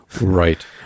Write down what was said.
Right